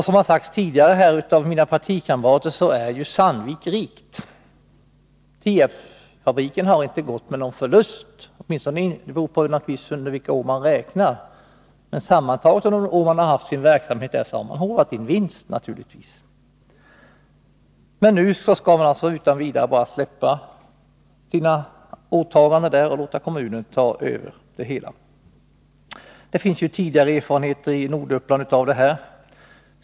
Som mina partikamrater nyss sagt är ju Sandvik rikt. Tierpsfabriken har inte gått med någon förlust. Naturligtvis beror det på vilka år man räknar med, men sammantaget har företaget naturligtvis håvat in vinster under de år som verksamheten pågått. Nu skall man alltså släppa sina åtaganden och låta kommunen ta över det hela. I Norduppland finns det erfarenhet av liknande händelser.